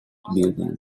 building